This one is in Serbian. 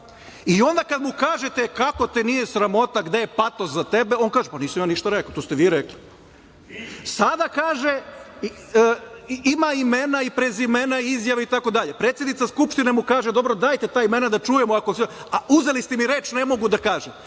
kada mu kažete kako te nije sramota, gde je patos za tebe, onda on kaže, nisam ja ništa rekao, to ste vi rekli. Sada kaže, ima imena i prezimena, izjave itd. Predsednica Skupštine mu kaže, dobro dajte ta imena da čujemo, a uzeli ste mi reč, ne mogu da kažem.